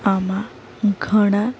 આમાં ઘણા